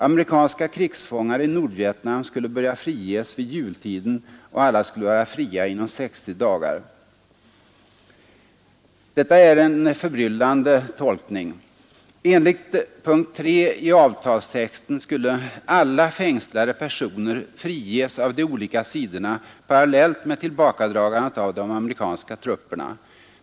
Amerikanska krigsfångar i Nordvietnam skulle börja friges vid jultiden, och alla skulle vara fria inom 60 dagar.” Detta är en förbryllande tolkning. Enligt punkt 3 i avtalstexten skulle ”alla fängslade personer ——— friges av de olika sidorna parallellt med tillbakadragandet av de amerikanska trupperna”.